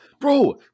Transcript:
Bro